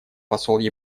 посол